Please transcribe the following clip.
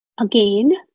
again